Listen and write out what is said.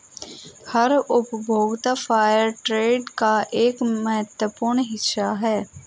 हर उपभोक्ता फेयरट्रेड का एक महत्वपूर्ण हिस्सा हैं